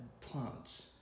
plants